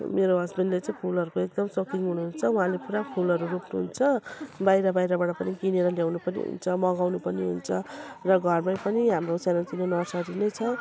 मेरो हसब्यान्डले चाहिँ फुलहरूको एकदम सोखिन हुनुहुन्छ उहाँले पुरा फुलहरू रोप्नुहुन्छ बाहिर बाहिरबाट पनि किनेर ल्याउनु पनि हुन्छ मगाउनु पनि हुन्छ र घरमै पनि हाम्रो सानोतिनो नर्सरी नै छ